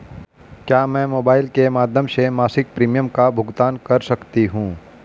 क्या मैं मोबाइल के माध्यम से मासिक प्रिमियम का भुगतान कर सकती हूँ?